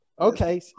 Okay